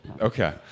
Okay